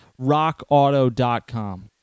rockauto.com